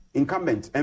incumbent